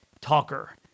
talker